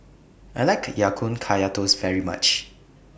I like Ya Kun Kaya Toast very much